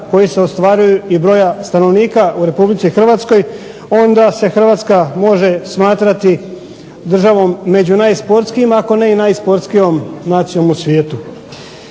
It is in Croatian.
koji se ostvaruju i broju stanovnika u RH, onda se HRvatska može smatrati državom među najsportskijima ako ne i najsportskijom nacijom u svijetu.